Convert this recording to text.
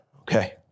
Okay